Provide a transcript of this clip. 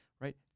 right